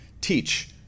teach